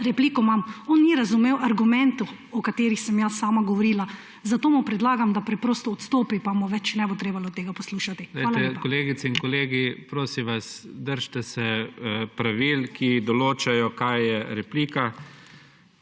Repliko imam. On ni razumel argumentov, o katerih sem jaz sama govorila. Zato mu predlagam, da preprosto odstopi, pa mu več nebo treba tega poslušati. Hvala lepa. **PODPREDSEDNIK IGOR ZORČIČ:** Glejte, kolegice in kolegi, prosim vas, držite se pravil, ki določajo, kaj je replika.